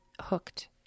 hooked